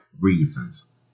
reasons